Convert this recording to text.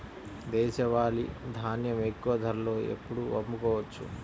దేశవాలి ధాన్యం ఎక్కువ ధరలో ఎప్పుడు అమ్ముకోవచ్చు?